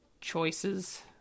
choices